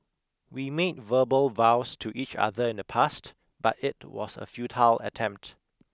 we made verbal vows to each other in the past but it was a futile attempt